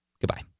goodbye